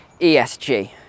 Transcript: esg